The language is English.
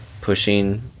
pushing